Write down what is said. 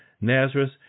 Nazareth